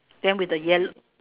then with the yellow